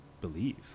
believe